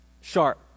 Sharp